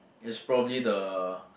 it's probably the